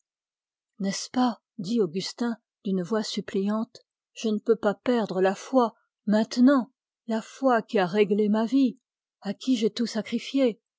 n'est-ce pas dit augustin d'une voix suppliante je ne peux pas perdre la foi maintenant la foi qui a réglé ma vie à qui j'ai tout sacrifié